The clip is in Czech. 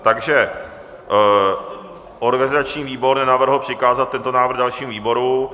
Takže organizační výbor nenavrhl přikázat tento návrh dalším výborům